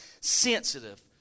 sensitive